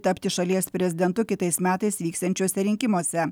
tapti šalies prezidentu kitais metais vyksiančiuose rinkimuose